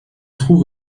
trouve